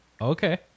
Okay